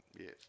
Yes